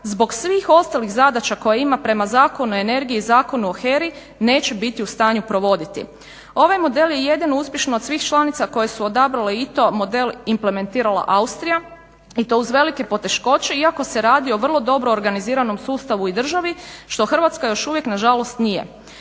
zbog svih ostalih zadaća koje ima prema Zakonu o energiji i Zakonu o HERA-i neće biti u stanju provoditi. Ovaj model je jedino uspješno od svih članica koje su odabrale ITO model implementirala Austrija i to uz velike poteškoće, iako se radi o vrlo dobro organiziranom sustavu i državi što Hrvatska još uvijek nažalost nije.